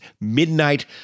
Midnight